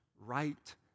right